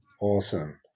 Awesome